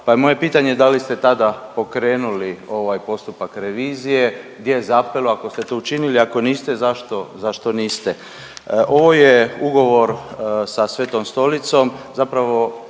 moje pitanje da li ste tada pokrenuli ovaj postupak revizije, gdje je zapelo ako ste to učinili, ako niste zašto, zašto niste. Ovo je ugovor sa Svetom Stolicom